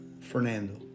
Fernando